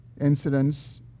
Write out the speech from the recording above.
incidents